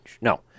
No